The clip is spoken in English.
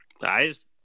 guys